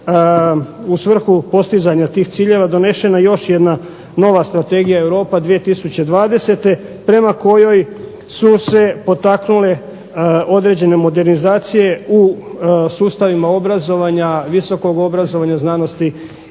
u svrhu postizanja tih ciljeva donešena još jedna nova Strategija Europa 2020. prema kojoj su se potaknule određene modernizacije u sustavima obrazovanja, visokog obrazovanja, znanosti